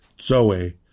Zoe